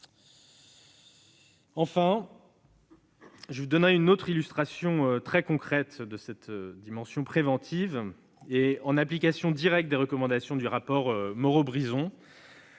Enfin, je veux vous donner une autre illustration très concrète de cette dimension préventive : en application directe des recommandations du rapport Moro-Brison,